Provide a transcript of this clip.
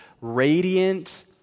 radiant